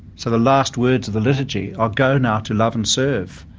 so the last words of the liturgy are, go now, to love and serve.